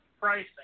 pricing